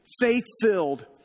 faith-filled